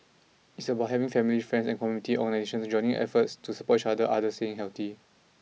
it's about having family friends and community organisations joining efforts to support each other other staying healthy